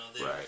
right